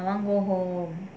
I want go home